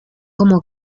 como